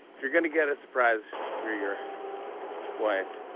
if you're gonna get a surprise for your wife,